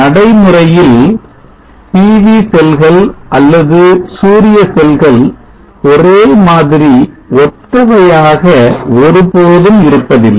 நடைமுறையில் PV செல்கள் அல்லது சூரிய செல்கள் ஒரே மாதிரி ஒத்தவையாக ஒரு போதும் இருப்பதில்லை